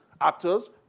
Actors